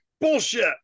bullshit